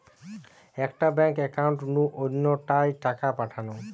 একটা bank account নু অন্য টায় টাকা পাঠানো